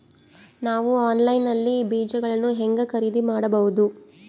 ನಾವು ಆನ್ಲೈನ್ ನಲ್ಲಿ ಬೇಜಗಳನ್ನು ಹೆಂಗ ಖರೇದಿ ಮಾಡಬಹುದು?